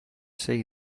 see